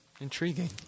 Intriguing